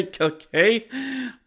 Okay